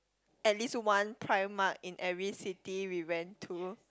at least one primark in every city we went to